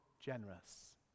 generous